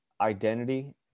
identity